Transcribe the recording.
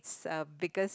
a biggest